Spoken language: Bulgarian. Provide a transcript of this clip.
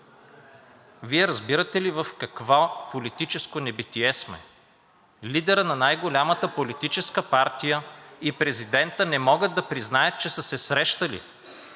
…Вие разбирате ли в какво политическо небитие сме?! Лидерът на най-голямата политическа партия и президентът не могат да признаят, че са се срещали.